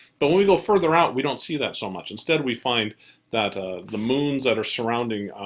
but when we go further out we don't see that so much. instead we find that the moons that are surrounding